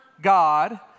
God